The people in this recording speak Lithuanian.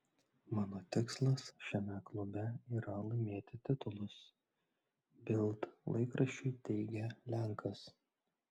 mano tikslas šiame klube yra laimėti titulus bild laikraščiui teigė lenkas